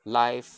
life